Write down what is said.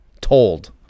told